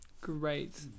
Great